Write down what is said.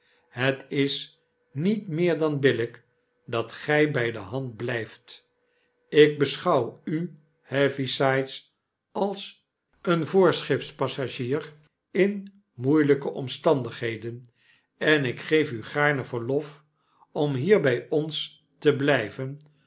het is niet meer dan billijk dat gij bij de hand blijft ik beschouw u heavysides als een voorschipspassagier in moeielijke omstandigheden en ik geef u gaarne verlof om hier bij ons te blijven